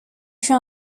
fut